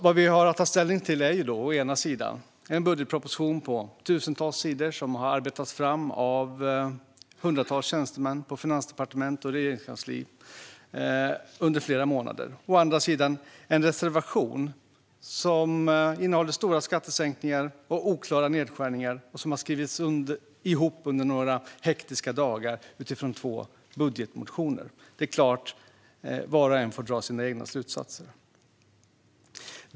Vad vi har att ta ställning till är å ena sidan en budgetproposition på tusentals sidor som har arbetats fram av hundratals tjänstemän på Finansdepartementet och Regeringskansliet under flera månader och å andra sidan en reservation som innehåller stora skattesänkningar och oklara nedskärningar och som har skrivits ihop under några hektiska dagar utifrån två budgetmotioner. Var och en får dra sina egna slutsatser.